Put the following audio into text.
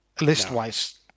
List-wise